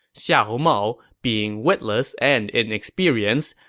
xiahou mao, being witless and inexperienced,